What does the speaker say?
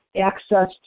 access